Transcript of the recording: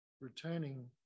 returning